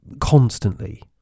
constantly